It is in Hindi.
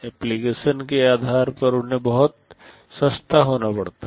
एप्लीकेशन के आधार पर उन्हें बहुत सस्ता होना पड़ता है